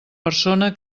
persona